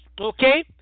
okay